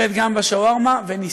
נדבר גם על זה.